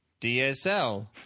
DSL